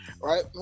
right